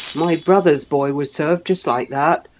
my brother's boy was served just like that.